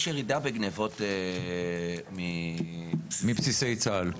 יש ירידה בגניבות מבסיסי צה״ל.